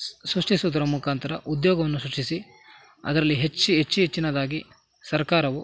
ಸ್ ಸೃಷ್ಟಿಸುವುದರ ಮುಖಾಂತರ ಉದ್ಯೋಗವನ್ನು ಸೃಷ್ಟಿಸಿ ಅದರಲ್ಲಿ ಹೆಚ್ಚಿ ಹೆಚ್ಚಿ ಹೆಚ್ಚಿನದಾಗಿ ಸರ್ಕಾರವು